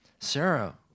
Sarah